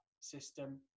system